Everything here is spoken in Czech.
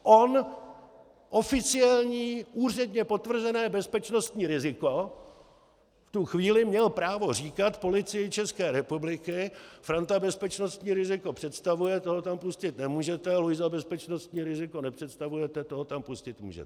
On, oficiální úředně potvrzené bezpečnostní riziko, v tu chvíli měl právo říkat Policii České republiky: Franta bezpečnostní riziko představuje, toho tam pustit nemůžete, Lojza bezpečnostní riziko nepředstavuje, tak toho tam pustit můžete.